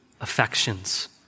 affections